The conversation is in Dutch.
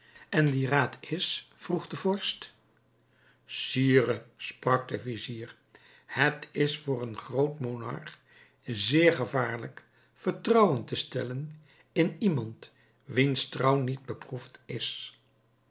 en die raad is vroeg de vorst sire sprak de vizier het is voor een groot monarch zeer gevaarlijk vertrouwen te stellen in iemand wiens trouw niet beproefd is